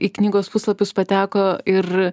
į knygos puslapius pateko ir